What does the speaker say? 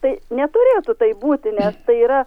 tai neturėtų taip būti nes tai yra